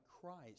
Christ